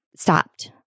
Stopped